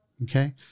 Okay